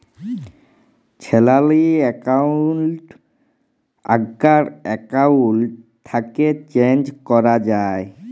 salary account আগ্কার account থ্যাকে change ক্যরা যায়